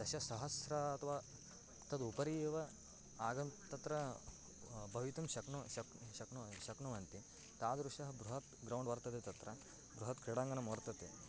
दशसहस्रम् अथवा तदुपरि एव आगच्छन् तत्र भवितुं शक्नोति शक्न् शक्नोति शक्नुवन्ति तादृशं बृहत् ग्रौण्ड् वर्तते तत्र बृहत् क्रीडाङ्गनं वर्तते